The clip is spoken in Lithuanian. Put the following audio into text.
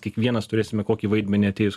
kiekvienas turėsime kokį vaidmenį atėjus